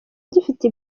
gifite